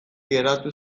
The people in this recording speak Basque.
geratu